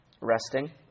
resting